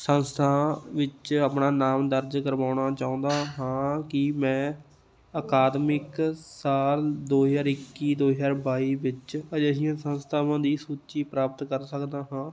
ਸੰਸਥਾਨਾਂ ਵਿੱਚ ਆਪਣਾ ਨਾਮ ਦਰਜ ਕਰਵਾਉਣਾ ਚਾਹੁੰਦਾ ਹਾਂ ਕੀ ਮੈਂ ਅਕਾਦਮਿਕ ਸਾਲ ਦੋ ਹਜ਼ਾਰ ਇੱਕੀ ਦੋ ਹਜ਼ਾਰ ਬਾਈ ਵਿੱਚ ਅਜਿਹੀਆਂ ਸੰਸਥਾਵਾਂ ਦੀ ਸੂਚੀ ਪ੍ਰਾਪਤ ਕਰ ਸਕਦਾ ਹਾਂ